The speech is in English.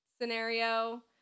scenario